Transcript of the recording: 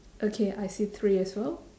okay I see three as well